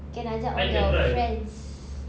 can ajak all your friends